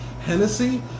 Hennessy